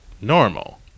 normal